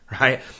right